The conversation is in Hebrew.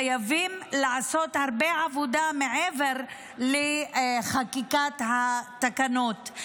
חייבים לעשות הרבה עבודה מעבר לחקיקת התקנות.